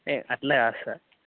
ఏ అట్లా కాదు సార్